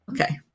Okay